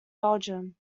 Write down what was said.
belgium